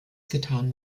getan